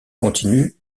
continuent